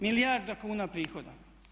Milijarda kuna prihoda!